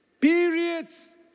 periods